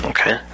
Okay